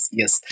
yes